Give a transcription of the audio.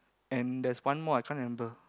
and there's one more I can't remember